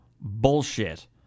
bullshit